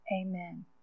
amen